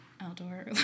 outdoor